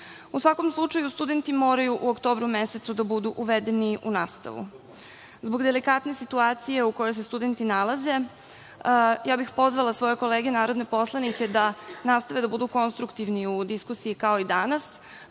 svakom slučaju, studenti moraju u oktobru mesecu da budu uvedeni u nastavu. Zbog delikatne situacije u kojoj se studenti nalaze, ja bih pozvala svoje kolege narodne poslanike da nastave da budu konstruktivni u diskusiji kao i danas